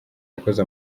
yakoze